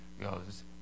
goes